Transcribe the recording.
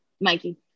Mikey